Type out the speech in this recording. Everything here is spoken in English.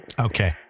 Okay